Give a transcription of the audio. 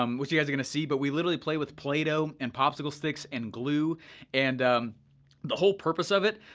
um which you guys are gonna see, but we literally play with play dough and popsicle sticks and glue and the whole purpose of it.